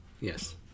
Yes